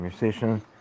musician